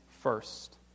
first